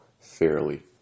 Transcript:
fairly